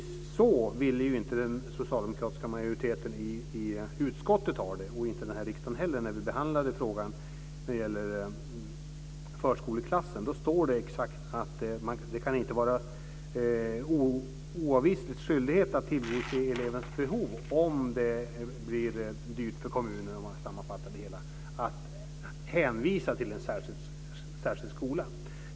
Så vill inte den socialdemokratiska majoriteten i utskottet ha det. Det ville inte den här riksdagen heller när vi behandlade frågan om förskoleklassen. Där står, för att sammanfatta det hela, att det inte kan vara en oavvislig skyldighet att tillgodose elevens behov om det blir dyrt för kommunen att hänvisa till en särskild skola.